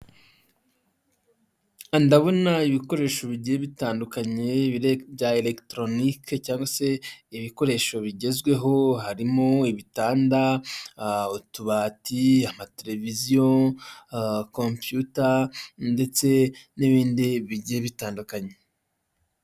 Ndabona ibikoresho bigiye bitandukanye bya elegitoronike cyangwa se ibikoresho bigezweho harimo ibitanda, utubati, amateleviziyo, kompiyuta ndetse n'ibindi bigiye bitandukanye.